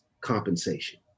compensation